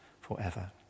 forever